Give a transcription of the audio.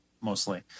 mostly